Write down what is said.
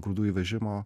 grūdų įvežimo